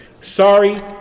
Sorry